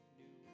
new